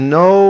no